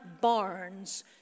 barns